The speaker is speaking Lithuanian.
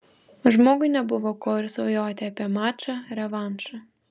žmogui nebuvo ko ir svajoti apie mačą revanšą